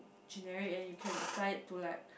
generic and you can apply it to like